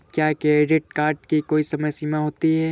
क्या credit card की कोई समय सीमा होती है?